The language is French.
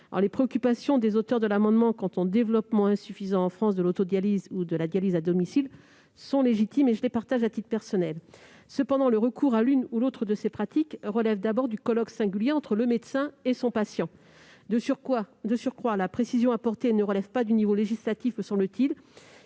Les préoccupations des auteurs de cette disposition quant au développement insuffisant, en France, de l'autodialyse ou de la dialyse à domicile sont légitimes ; à titre personnel, je les partage. Toutefois, le recours à l'une ou l'autre de ces pratiques relève d'abord du colloque singulier entre le médecin et son patient. De surcroît, la précision apportée ne relève pas du niveau législatif, puisque la